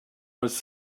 was